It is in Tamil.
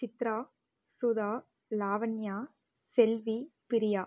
சித்ரா சுதா லாவண்யா செல்வி பிரியா